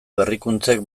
berrikuntzek